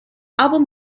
album